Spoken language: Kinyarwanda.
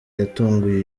yatunguye